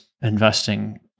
investing